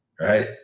right